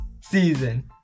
season